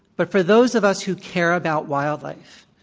but for those of us who care about wildlife,